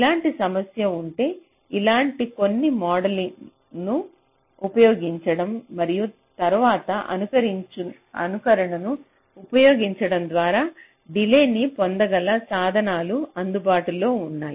ఇలాంటి సమస్య ఉంటే ఇలాంటి కొన్ని మోడలింగ్ను ఉపయోగించడం మరియు తరువాత అనుకరణను ఉపయోగించడం ద్వారా డిలే న్ని పొందగల సాధనాలు అందుబాటులో ఉన్నాయి